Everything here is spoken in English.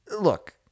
Look